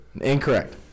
Incorrect